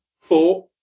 four